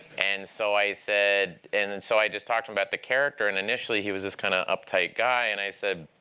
and so i said and and so i just talked about the character, and initially he was this kind of uptight guy. and i said,